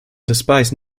despise